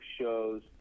shows